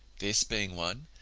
this being won,